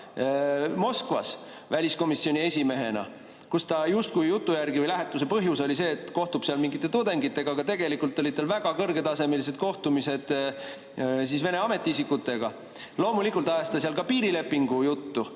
Moskvas väliskomisjoni esimehena, kus ta justkui jutu järgi või lähetuse põhjus oli see, et ta kohtub seal mingite tudengitega, aga tegelikult olid tal väga kõrgetasemelised kohtumised Vene ametiisikutega. Loomulikult ajas ta seal ka piirilepingu juttu,